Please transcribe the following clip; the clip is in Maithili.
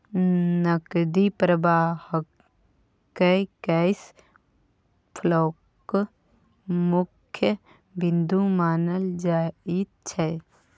नकदी प्रवाहकेँ कैश फ्लोक मुख्य बिन्दु मानल जाइत छै